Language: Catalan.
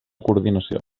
coordinació